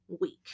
week